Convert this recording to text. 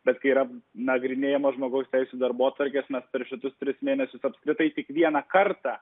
bet kai yra nagrinėjamos žmogaus teisių darbotvarkės mes per šituos tris mėnesius apskritai tik vieną kartą